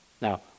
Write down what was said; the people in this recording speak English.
Now